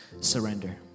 surrender